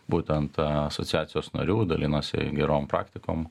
būtent tą asociacijos narių dalinasi gerom praktikom